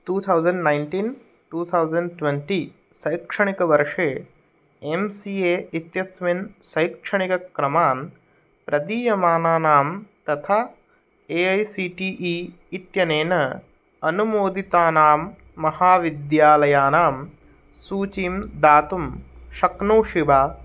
तू thousand nineteen two thousand twenty शैक्षणिकवर्षे M C A इत्यस्मिन् शैक्षणिकक्रमान् प्रदीयमानानां तथा A I C T E इत्यनेन अनुमोदितानां महाविद्यालयानां सूचीं दातुं शक्नोषि वा